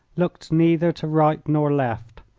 looked neither to right nor left,